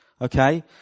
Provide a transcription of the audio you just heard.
Okay